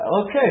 okay